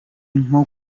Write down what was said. nko